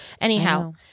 Anyhow